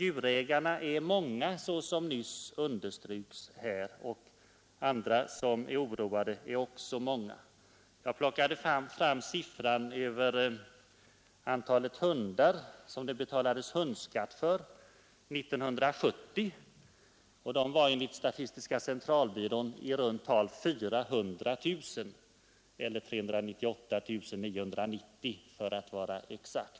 Djurägarna är också många, som det nyss underströks här, och det finns många andra som är oroade. Jag plockade fram siffran över antalet hundar som det betalades hundskatt för år 1970. De var enligt statistiska centralbyråns uppgifter i runt tal 400 000, eller 398 990 för att vara exakt.